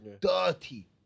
dirty